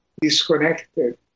disconnected